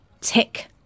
Tick